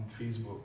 facebook